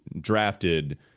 drafted